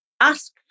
ask